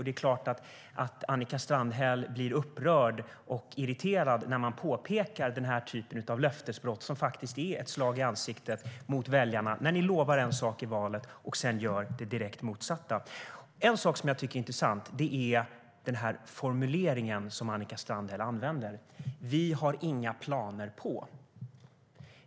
Det är klart att Annika Strandhäll blir upprörd och irriterad när man påpekar den typen av löftesbrott som är ett slag i ansiktet på väljarna när ni lovar en sak i valet och sedan gör det direkt motsatta. En sak som jag tycker är intressant är formuleringen som Annika Strandhäll använder: Vi har inga planer på det.